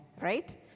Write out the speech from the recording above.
Right